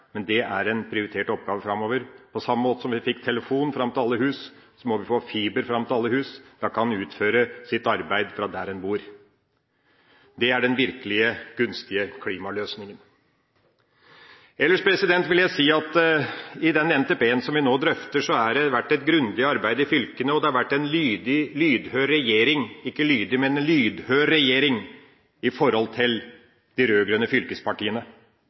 men det er en prioritert oppgave framover. På samme måte som vi fikk telefon fram til alle hus, må vi få fiber fram til alle hus. Da kan en utføre sitt arbeid fra der en bor. Det er den virkelig gunstige klimaløsninga. Ellers vil jeg si at i den NTP-en som vi nå drøfter, har det vært et grundig arbeid i fylkene, og det har vært en lydhør regjering for de rød-grønne fylkespartiene. En har fulgt opp fylkenes prioriteringer der hvor planlegging er kommet langt nok. Fylkene prioriterer, de